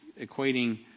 equating